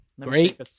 Great